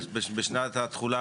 לכך,